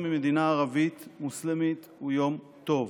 עם מדינה ערבית מוסלמית הוא יום טוב.